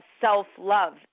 self-love